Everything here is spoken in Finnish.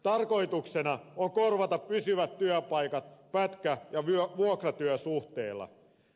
tarkoituksena on korvata pysyvät työpaikat pätkä ja vuokratyösuhteilla